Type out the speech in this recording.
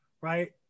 right